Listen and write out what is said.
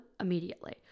immediately